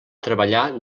treballar